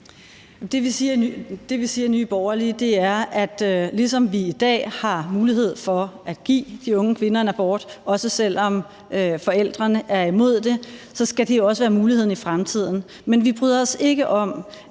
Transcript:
Det, vi siger i Nye Borgerlige, er, at det, ligesom vi i dag har mulighed for at give de unge kvinder en abort, også selv om forældrene er imod det, også skal være muligt i fremtiden, men vi bryder os ikke om,